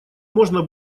можно